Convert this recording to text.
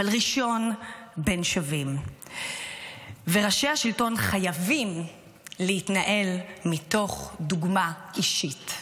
אבל ראשון בין שווים וראשי השלטון חייבים להתנהל מתוך דוגמה אישית.